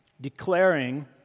declaring